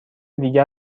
دیگر